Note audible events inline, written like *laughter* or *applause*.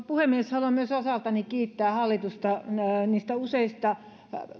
*unintelligible* puhemies haluan myös osaltani kiittää hallitusta niistä useista